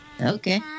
Okay